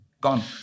Gone